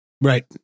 Right